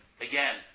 again